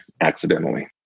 accidentally